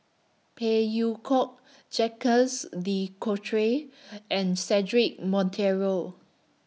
Phey Yew Kok Jacques De Coutre and Cedric Monteiro